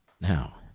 Now